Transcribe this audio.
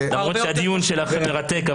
ולמרות שהדיון שלכם מרתק,